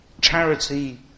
Charity